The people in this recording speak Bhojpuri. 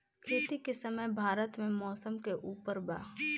खेती के समय भारत मे मौसम के उपर बा